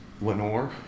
Lenore